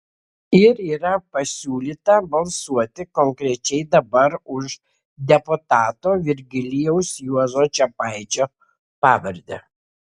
ir yra pasiūlyta balsuoti konkrečiai dabar už deputato virgilijaus juozo čepaičio pavardę